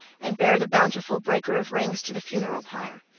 and bear the bountiful breaker-of-rings to the funeral pyre.